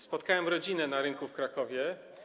Spotkałem rodzinę na rynku w Krakowie.